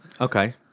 Okay